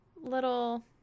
little